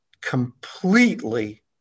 completely